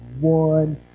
one